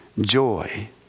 joy